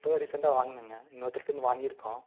இப்போதான் ரீசன்ட்டாக வாங்குனங்க இன்னொருத்தர்ட்டருந்து வாங்கிருக்கோம்